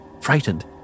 frightened